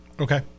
Okay